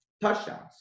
Touchdowns